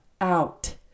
out